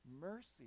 mercy